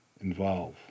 involve